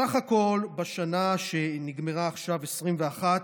סך הכול, בשנה שנגמרה עכשיו, 2021,